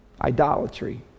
Idolatry